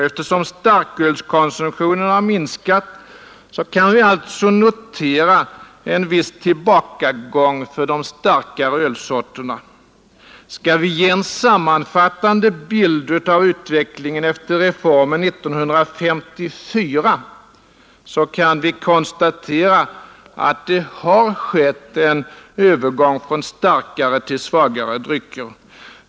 Eftersom starkölskonsumtionen har minskat kan vi alltså notera en viss tillbakagång för de starkare ölsorterna. Skall vi ge en sammanfattande bild av utvecklingen efter reformen 1954 kan vi konstatera, att det har skett en övergång från starkare till svagare drycker.